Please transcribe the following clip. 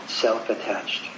self-attached